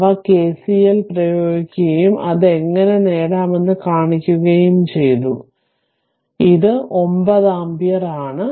അവ കെസിഎൽ പ്രയോഗിക്കുകയും അത് എങ്ങനെ നേടാമെന്ന് കാണിക്കുകയും ചെയ്തു ഇത് 9 ആമ്പിയർ ആണ്